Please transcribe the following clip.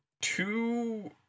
two